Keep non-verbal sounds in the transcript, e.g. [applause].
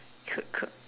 [noise]